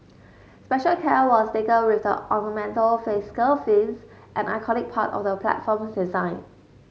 special care was taken with the ornamental fascia fins an iconic part of the platform's design